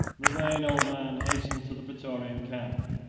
the vain old man hastened to the praetorian camp,